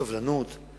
סובלנות,